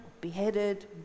beheaded